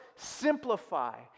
simplify